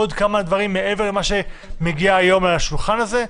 עוד כמה דברים מעבר למה שמגיע היום לשולחן הזה,